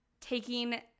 Taking